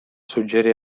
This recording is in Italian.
suggerì